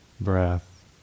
breath